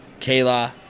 kayla